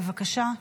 בבקשה.